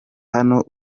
hano